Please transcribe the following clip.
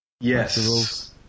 Yes